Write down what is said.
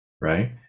right